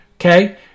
okay